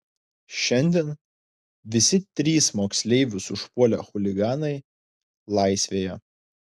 šiandien visi trys moksleivius užpuolę chuliganai laisvėje